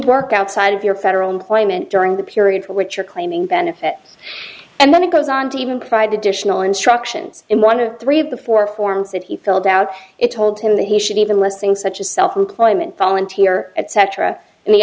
work outside of your federal employment during the period for which are claiming benefits and then it goes on to even pride to dish no instructions in one of three before forms that he filled out it told him that he should even listing such as self employment volunteer at cetera and the